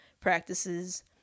practices